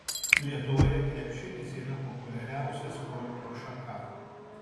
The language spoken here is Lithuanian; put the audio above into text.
lietuvoje krepšinis yra populiariausia sporto šaka